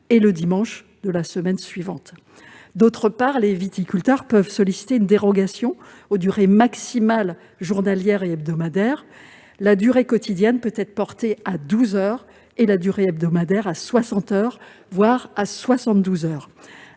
et le dimanche de la semaine suivante. Par ailleurs, les viticulteurs peuvent solliciter une dérogation aux durées maximales journalières et hebdomadaires ; la durée quotidienne peut être portée à 12 heures et la durée hebdomadaire à 60 heures, voire à 72 heures.